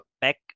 back